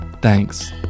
Thanks